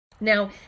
Now